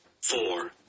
four